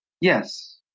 Yes